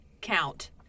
count